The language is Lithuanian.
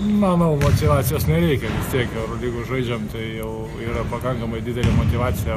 manau motyvacijos nereikia vis tiek eurolygoj žaidžiam tai jau yra pakankamai didelė motyvacija